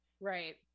Right